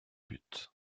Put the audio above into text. but